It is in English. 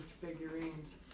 figurines